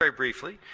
very briefly.